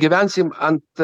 gyvensim ant